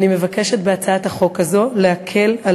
ואני מבקשת בהצעת החוק הזאת להקל על